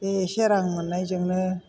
बे एसे रां मोननाय जोंनो